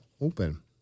open